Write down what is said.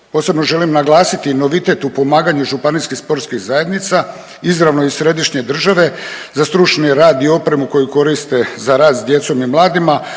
Posebno želim naglasiti novitet u pomaganju županijskih sportskih zajednica izravno iz središnje države za stručni rad i opremu koju koriste za rad s djecom i mladima,